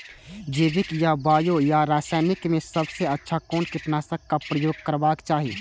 जैविक या बायो या रासायनिक में सबसँ अच्छा कोन कीटनाशक क प्रयोग करबाक चाही?